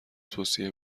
توصیه